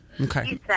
Okay